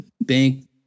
bank